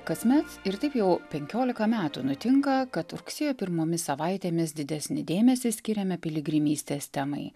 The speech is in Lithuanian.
kasmet ir taip jau penkiolika metų nutinka kad rugsėjo pirmomis savaitėmis didesnį dėmesį skiriame piligrimystės temai